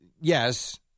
yes